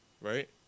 Right